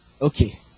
Okay